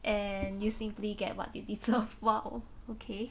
and you simply get what you deserve !wow! okay